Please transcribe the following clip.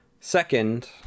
Second